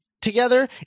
Together